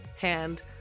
hand